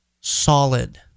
solid